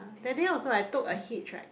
that day also I took a hitch ride